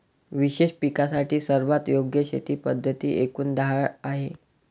विशेष पिकांसाठी सर्वात योग्य शेती पद्धती एकूण दहा आहेत